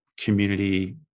community